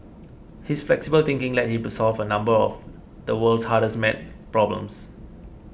his flexible thinking led him to solve a number of the world's hardest maths problems